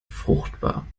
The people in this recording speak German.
fruchtbar